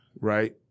Right